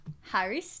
Harry